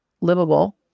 livable